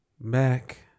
Back